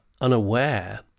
unaware